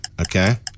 Okay